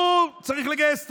הוא צריך לגייס תרומות.